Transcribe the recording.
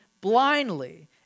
blindly